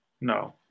no